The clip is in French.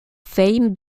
fame